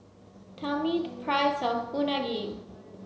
tell me the price of Unagi